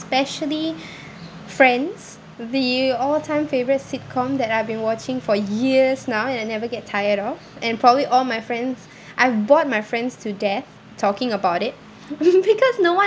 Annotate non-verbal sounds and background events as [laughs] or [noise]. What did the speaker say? especially friends the all time favourite sitcom that I've been watching for years now and I never get tired of and probably all my friends I bored my friends to death talking about it [laughs] because no one